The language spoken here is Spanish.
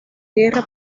guerra